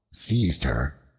seized her,